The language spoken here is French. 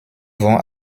vont